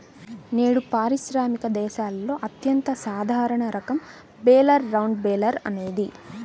నేడు పారిశ్రామిక దేశాలలో అత్యంత సాధారణ రకం బేలర్ రౌండ్ బేలర్ అనేది